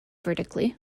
vertically